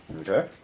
Okay